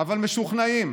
אבל משוכנעים